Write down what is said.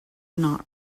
not